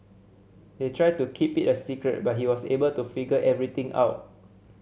they tried to keep it a secret but he was able to figure everything out